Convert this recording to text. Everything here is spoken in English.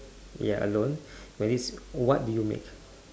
ya alone very what do you make